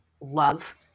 love